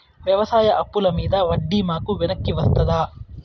వ్యవసాయ అప్పుల మీద వడ్డీ మాకు వెనక్కి వస్తదా?